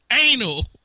anal